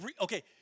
Okay